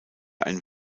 ein